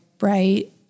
right